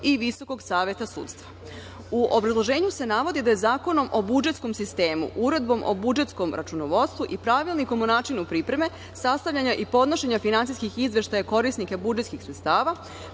i Visokog saveta sudstva.U obrazloženju se navodi da je Zakonom o budžetskom sistemu, Uredbom o budžetskom računovodstvu i Pravilnikom o načinu pripreme, sastavljanja i podnošenja finansijskih izveštaja korisnika budžetskih sredstava,